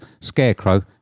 Scarecrow